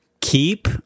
keep